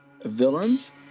villains